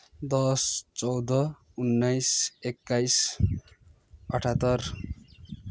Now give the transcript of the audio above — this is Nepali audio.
दस चौध उन्नाइस एक्काइस अठहत्तर